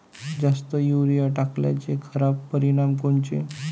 जास्त युरीया टाकल्याचे खराब परिनाम कोनचे?